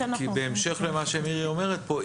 בהמשך למה שמירי אומרת פה,